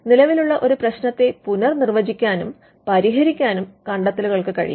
നിലവിലുള്ള ഒരു പ്രശ്നത്തെ പുനർനിർവചിക്കാനും പരിഹരിക്കാനും കണ്ടത്തെലുകൾക്ക് കഴിയും